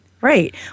Right